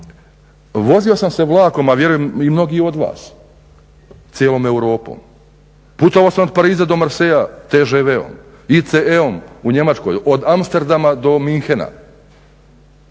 Vozio sam se vlakom, a vjerujem mnogi od vas cijelom Europom. Putovao sam od Pariza do Marseille TŽV-om ICE-om u Njemačkoj od Amsterdama do Münchena.